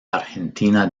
argentina